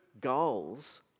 goals